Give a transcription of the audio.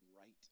right